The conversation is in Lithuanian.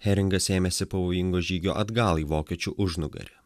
heringas ėmėsi pavojingo žygio atgal į vokiečių užnugarį